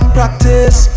Practice